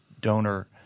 donor –